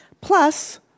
plus